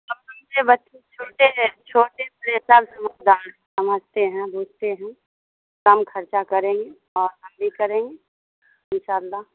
اب ان کے بچے چھوٹے ہیں چھوٹے بہتر سمجھدار ہیں سمجھتے ہیں بوجھتے ہیں کم خرچہ کریں گے اور ہم بھی کریں گے ان شاء اللہ